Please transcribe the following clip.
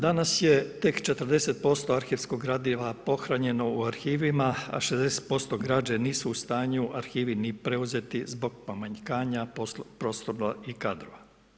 Danas je tek 40% arhivskog gradiva pohranjeno u arhivima a 60% građe nisu u stanju arhivi ni preuzeti zbog pomanjkanja prostora i kadrova.